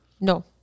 No